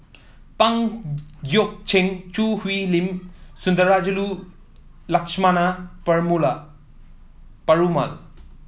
Pang Guek Cheng Choo Hwee Lim Sundarajulu Lakshmana Perumal